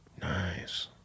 Nice